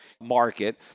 market